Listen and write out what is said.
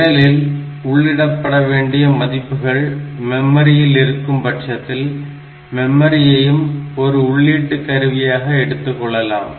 நிரலில் உள்ளிடப்பட வேண்டிய மதிப்புகள் மெமரியில் இருக்கும் பட்சத்தில் மெமரியையும் ஒரு உள்ளீட்டு கருவியாக எடுத்துக் கொள்ளலாம்